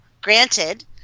granted